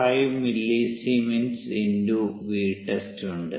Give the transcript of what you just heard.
5 millisiemens × Vtest ഉണ്ട്